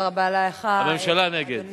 הממשלה נגד.